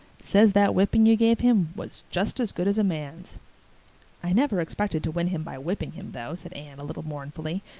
says that whipping you gave him was just as good as a man's i never expected to win him by whipping him, though, said anne, a little mournfully,